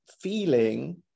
feeling